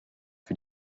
für